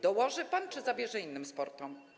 Dołoży pan czy zabierze innym sportom?